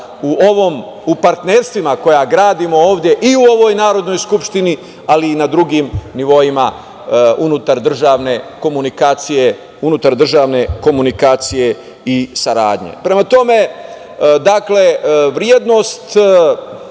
u partnerstvima koja gradimo ovde i u ovoj Narodnoj skupštini, ali i na drugim nivoima unutar državne komunikacije i saradnje. Prema tome, vrednost,